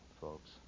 folks